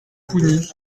pougny